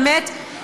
באמת,